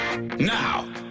Now